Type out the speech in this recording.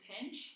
pinch